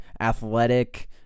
athletic